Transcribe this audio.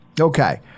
Okay